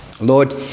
Lord